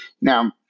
Now